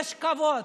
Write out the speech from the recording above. יש כבוד,